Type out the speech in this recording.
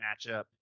matchup